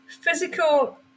physical